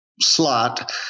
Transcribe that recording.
slot